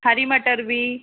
हरी मटर भी